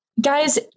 Guys